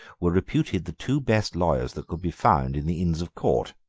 were reputed the two best lawyers that could be found in the inns of court